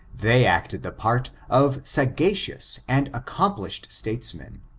they acted the part of sagacious and accomplished states men,